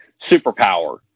superpower